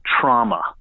trauma